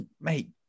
mate